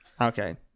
Okay